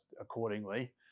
accordingly